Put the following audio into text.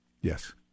Yes